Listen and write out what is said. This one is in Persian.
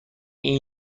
این